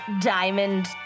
diamond